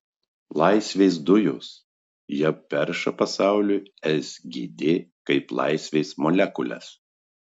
laisvės dujos jav perša pasauliui sgd kaip laisvės molekules